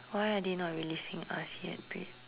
why are they not releasing us yet babe